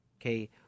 Okay